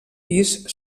pis